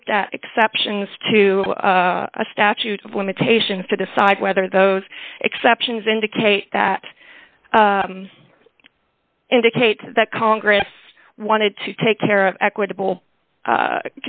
looked at exceptions to a statute of limitations to decide whether those exceptions indicate that indicates that congress wanted to take care of equitable